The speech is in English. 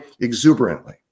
exuberantly